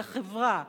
אל החברה,